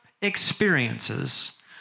experiences